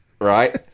right